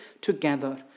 together